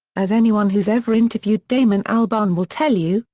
as anyone who's ever interviewed damon albarn will tell you,